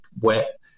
wet